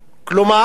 כלומר,